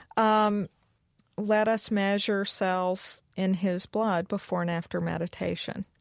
um let us measure cells in his blood before and after meditation.